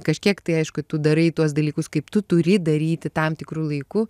kažkiek tai aišku tu darai tuos dalykus kaip tu turi daryti tam tikru laiku